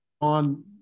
on